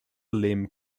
limb